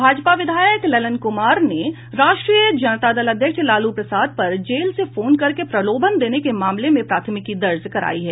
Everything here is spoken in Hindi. भाजपा विधायक ललन कुमार ने राष्ट्रीय जनता दल अध्यक्ष लालू प्रसाद पर जेल से फोन करके प्रलोभन देने के मामले में प्राथमिकी दर्ज करायी है